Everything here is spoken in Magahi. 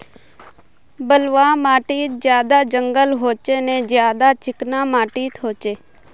बलवाह माटित ज्यादा जंगल होचे ने ज्यादा चिकना माटित होचए?